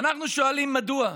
ואנחנו שואלים: מדוע?